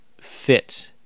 fit